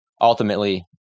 ultimately